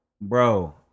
Bro